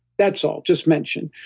that's all. just mention.